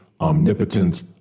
omnipotent